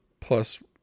plus